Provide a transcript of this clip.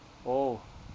oh